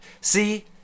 see